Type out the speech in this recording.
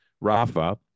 Rafa